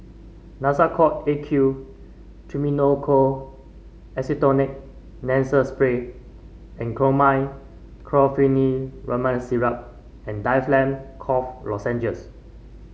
Nasacort A Q Triamcinolone Acetonide Nasal Spray and Chlormine Chlorpheniramine Syrup and Difflam Cough Lozenges